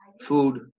Food